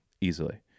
easily